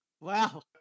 Wow